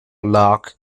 locked